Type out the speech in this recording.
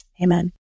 Amen